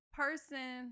person